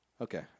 Okay